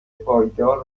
پایدار